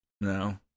No